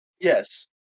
Yes